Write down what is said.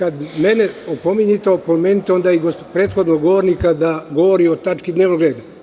Kada mene opominjete, opomenite onda i prethodnog govornika da govori o tački dnevnog reda.